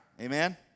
Amen